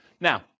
Now